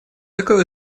такое